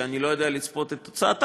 שאני לא יודע לצפות את תוצאותיו.